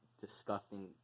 disgusting